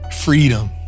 freedom